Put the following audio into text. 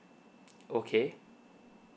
okay